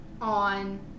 on